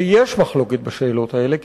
ויש מחלוקת בשאלות האלה,